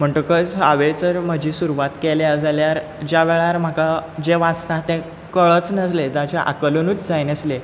म्हणटकच हांवें जर म्हजी सुरवात केल्या जाल्यार ज्या वेळार म्हाका जें वाचता तें कळच ना जालें ताचें आकलनूच जाय नासलें